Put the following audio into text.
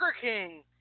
King